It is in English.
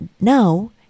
Now